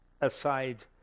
aside